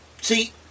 See